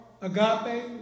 agape